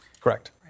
Correct